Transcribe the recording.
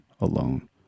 alone